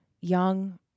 young